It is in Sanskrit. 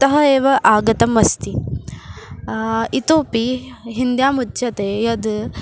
ततः एव आगतम् अस्ति इतोऽपि हिन्द्याम् उच्यते यद्